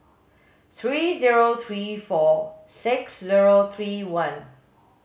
three zero three four six zero three one